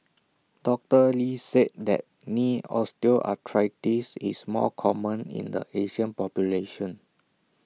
doctor lee said that knee osteoarthritis is more common in the Asian population